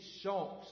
shocks